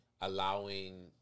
allowing